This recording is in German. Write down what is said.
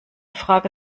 frage